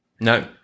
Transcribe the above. no